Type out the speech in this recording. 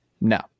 No